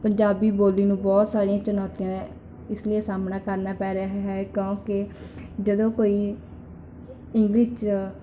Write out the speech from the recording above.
ਪੰਜਾਬੀ ਬੋਲੀ ਨੂੰ ਬਹੁਤ ਸਾਰੀਆਂ ਚੁਨੌਤੀਆਂ ਇਸ ਲਈ ਸਾਹਮਣਾ ਕਰਨਾ ਪੈ ਰਿਹਾ ਹੈ ਕਿਉਂਕਿ ਜਦੋਂ ਕੋਈ ਇੰਗਲਿਸ਼ 'ਚ